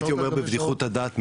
הייתי אומר בבדיחות הדעת,